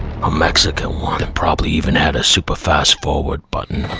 a mexican one, and probably even had a super fast forward button.